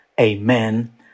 Amen